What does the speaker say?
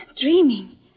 Dreaming